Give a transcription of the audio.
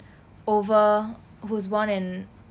over whose [one] and